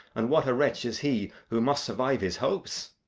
and what a wretch is he who must survive his hopes!